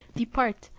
depart,